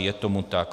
Je tomu tak.